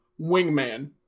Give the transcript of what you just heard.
Wingman